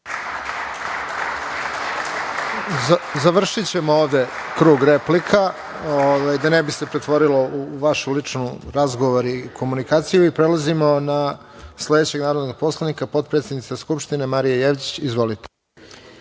Završićemo ovde krug replika, da se ne bi ovo pretvorilo u vaš lični razgovor i komunikaciju. Prelazimo na sledećeg narodnog poslanika, potpredsednica Skupština, Marija Jevđić. Izvolite.